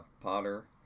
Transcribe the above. Potter